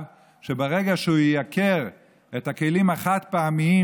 שברגע שהוא ייקר את הכלים החד-פעמיים,